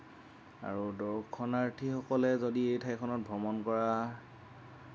আৰু দৰ্শনাৰ্থীসকলে যদি এই ঠাইখনত ভ্ৰমণ কৰা